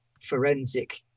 forensic